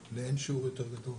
הוא לאין שיעור יותר גדול